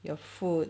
your food